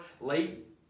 late